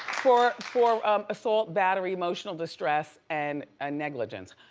for for um assault, battery, emotional distress, and ah negligence.